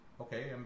Okay